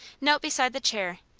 knelt beside the chair,